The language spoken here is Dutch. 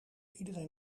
iedereen